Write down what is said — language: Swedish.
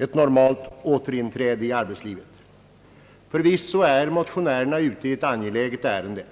ett normalt återinträde i arbetslivet. Förvisso är motionärerna ute i ett angeläget ärende.